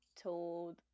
told